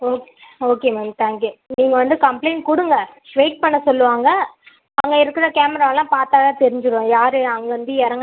okay okay ma'am thank you நீங்கள் வந்து complaint கொடுங்க வெய்ட் பண்ண சொல்லுவாங்கள் அங்கே இருக்கிற கேமராலாம் பார்த்தாலே தெரிஞ்சிடும் யார் அங்கே இருந்து இறங்குனாங்க